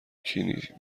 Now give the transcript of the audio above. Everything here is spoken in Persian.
کیسه